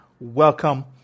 welcome